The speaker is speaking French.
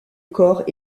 corps